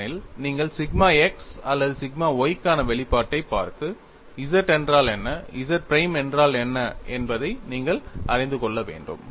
ஏனெனில் நீங்கள் sigma x அல்லது சிக்மா y க்கான வெளிப்பாட்டைப் பார்த்து Z என்றால் என்ன Z பிரைம் என்றால் என்ன என்பதை நீங்கள் அறிந்து கொள்ள வேண்டும்